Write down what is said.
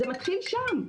זה מתחיל שם.